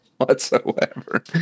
whatsoever